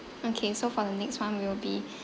okay so for the next one will be